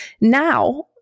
Now